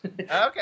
Okay